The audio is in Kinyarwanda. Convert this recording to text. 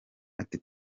ati